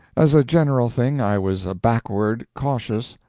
as a general thing i was a backward, cautious,